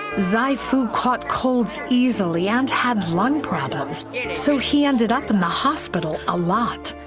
zai fu caught colds easily and had lung problems, and so he ended up in the hospital a lot.